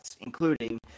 including